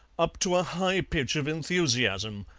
up to a high pitch of enthusiasm.